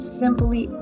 simply